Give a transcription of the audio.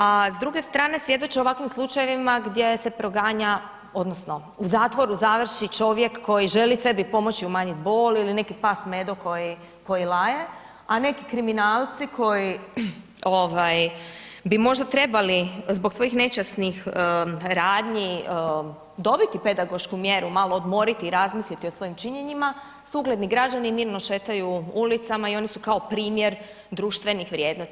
A s druge strane svjedoče ovakvim slučajevima, gdje se proganja, odnosno, u zatvoru završi čovjek koji želi sebi pomoći, umanjiti bol ili neki pas Medo koji laje, a neki kriminalci koji bi možda trebali zbog svojih nečasnih radnji, dobiti pedagošku mjeru, malo odmoriti i razmisliti o svojim činjenjima, su ugledni građani i mirno šetaju ulicama i oni su kao primjer društvenih vrijednosti.